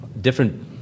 different